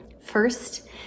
First